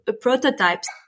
prototypes